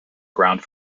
ground